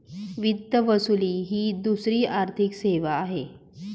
वित्त वसुली ही दुसरी आर्थिक सेवा आहे